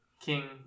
King